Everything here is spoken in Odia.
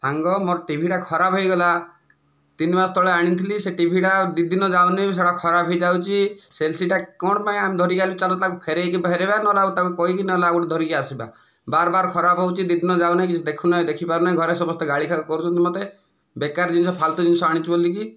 ସାଙ୍ଗ ମୋ'ର ଟିଭିଟା ଖରାପ ହୋଇଗଲା ତିନି ମାସ ତଳେ ଆଣିଥିଲି ସେ ଟିଭିଟା ଦୁଇ ଦିନ ଯାଉନି ସେ'ଟା ଖରାପ ହୋଇଯାଉଛି ସେ ସେଇଟା କଣ ପାଇଁ ଆମେ ଧରିକୁ ଆସିଲୁ ଚାଲ ତାକୁ ଫେରେଇକି ଫେରେଇବା ନ ହେଲେ ଆଉ ତାକୁ କହିକି ନ ହେଲେ ଆଉ ଗୋଟିଏ ଧରିକି ଆସିବା ବାରବାର ଖରାପ ହେଉଛି ଦୁଇ ଦିନ ଯାଉନି କିଛି ଦେଖିପାରୁନାହିଁ ଘରେ ସମସ୍ତେ ଗାଳି କରୁଛନ୍ତି ମୋତେ ବେକାର ଜିନିଷ ଫାଲତୁ ଜିନିଷ ଆଣିଛୁ ବୋଲିକି